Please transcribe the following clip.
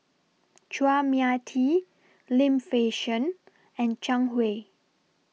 Chua Mia Tee Lim Fei Shen and Zhang Hui